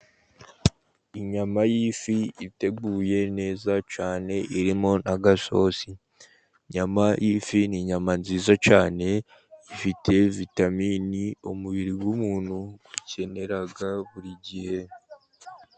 Inyama y'ifi iteguye neza cyane, irimo n'agasosi, ifi ni inyama nziza cyane, ifite vitaminini umubiri w'umuntu ukenera buri gihe.